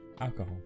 Alcohol